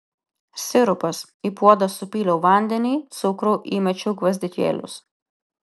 sirupas į puodą supyliau vandenį cukrų įmečiau gvazdikėlius